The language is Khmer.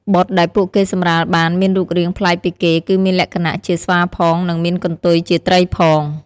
បុត្រដែលពួកគេសម្រាលបានមានរូបរាងប្លែកពីគេគឺមានលក្ខណៈជាស្វាផង និងមានកន្ទុយជាត្រីផង។